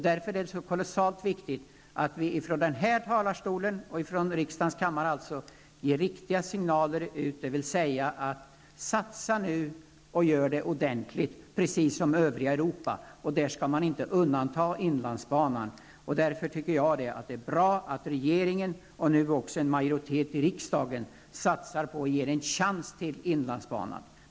Därför är det kolossalt viktigt att vi från riksdagens kammare ger riktiga signaler, dvs.: Satsa nu och gör det ordentligt, precis som övriga Europa! Inlandsbanan skall inte undantas från satsningar. Därför tycker jag att det är bra att regeringen och nu också en majoritet i riksdagen satsar på inlandsbanan och ger den en chans.